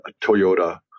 Toyota